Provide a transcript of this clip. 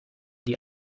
die